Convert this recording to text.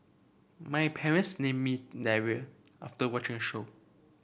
my parents named me Daryl after watching a show